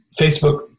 Facebook